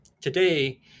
today